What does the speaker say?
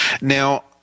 Now